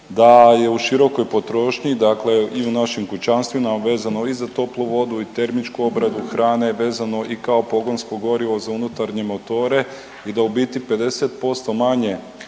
da je u širokoj potrošnji, dakle i u našim kućanstvima vezano i za toplu vodu i termičku obradu hrane, vezano i kao pogonsko gorivo za unutarnje motore i da u biti 50% manje